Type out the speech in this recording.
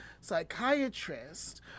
psychiatrist